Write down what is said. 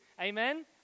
Amen